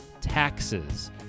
taxes